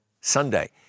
Sunday